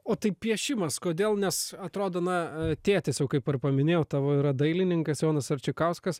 o tai piešimas kodėl nes atrodo na a tėtis jau kaip ir paminėjau tavo yra dailininkas jonas arčikauskas